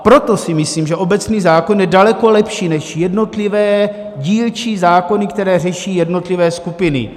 Proto si myslím, že obecný zákon je daleko lepší než jednotlivé dílčí zákony, které řeší jednotlivé skupiny.